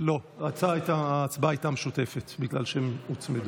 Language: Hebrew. אין נגד, אין נמנעים.